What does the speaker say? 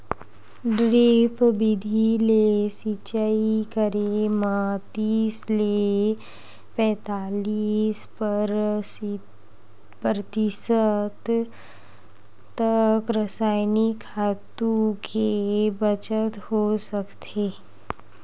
drip बिधि ले सिचई करे म तीस ले पैतालीस परतिसत तक रसइनिक खातू के बचत हो सकथे